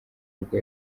bwo